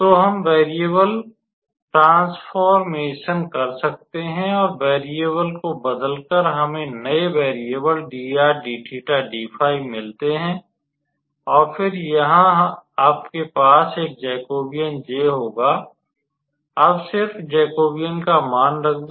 तो हम वेरियेबल परिवर्तन या ट्रान्सफॉरमेसन कर सकते हैं और वेरियेबल को बदलकर हमें नए वेरियेबल dr d𝜃 d𝜑 मिलते हैं और फिर यहाँ आपके पास एक जेकोबियन J होगा अब सिर्फ जेकोबियन का मान रख दो